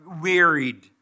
wearied